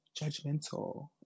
judgmental